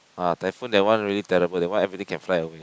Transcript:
ah typhoon that one really terrible that one everything can fly away